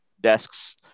desks